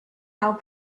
how